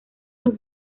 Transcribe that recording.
los